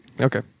Okay